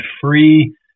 free